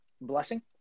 Blessing